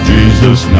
Jesus